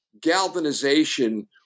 galvanization